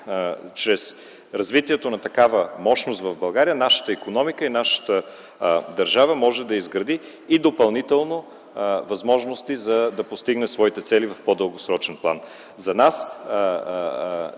чрез развитието на такава мощност в България нашата икономика и нашата държава може да изгради и допълнително възможности, за да постигне своите цели в по-дългосрочен план. Този